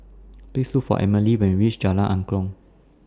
Please Look For Amelie when YOU REACH Jalan Angklong